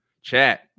Chat